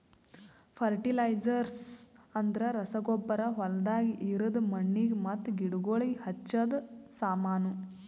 fertilisers ಅಂದ್ರ ರಸಗೊಬ್ಬರ ಹೊಲ್ದಾಗ ಇರದ್ ಮಣ್ಣಿಗ್ ಮತ್ತ ಗಿಡಗೋಳಿಗ್ ಹಚ್ಚದ ಸಾಮಾನು